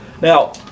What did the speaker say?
Now